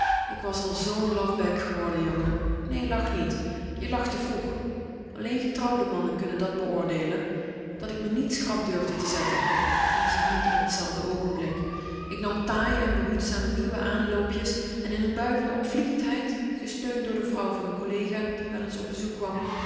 ik was al zoo'n lafbek geworden jongen nee lach niet je lacht te vroeg alleen getrouwde mannen kunnen dat beoordeelen dat ik me niet schrap durfde zetten tenminste niet op t zelfde oogenblik ik nam taai en behoedzaam nieuwe aanloopjes en in n bui van opvliegendheid gesteund door de vrouw van n collega die wel ns op bezoek kwam